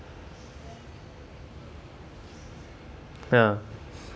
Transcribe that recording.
ya